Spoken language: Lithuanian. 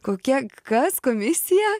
kokie kas komisija